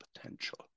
potential